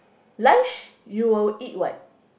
lunch you will eat what